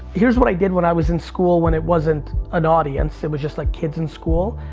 here's what i did when i was in school when it wasn't an audience it was just like kids in school,